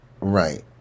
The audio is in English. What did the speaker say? Right